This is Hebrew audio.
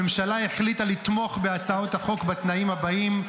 הממשלה החליטה לתמוך בהצעות החוק בתנאים הבאים: